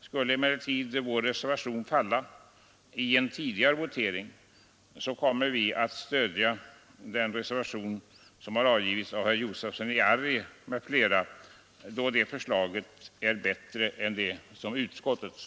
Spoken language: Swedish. Skulle vår reservation falla i den förberedande voteringen, kommer vi att stödja den reservation som avgivits av herr Josefson i Arrie m.fl., då det förslaget är bättre än utskottets.